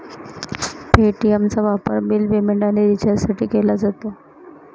पे.टी.एमचा वापर bill payment आणि रिचार्जसाठी केला जातो